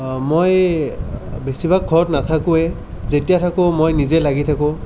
মই বেছিভাগ ঘৰত নাথাকোয়েই যেতিয়া থাকো মই নিজে লাগি থাকো